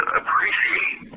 appreciate